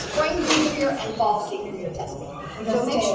year and fall senior year testing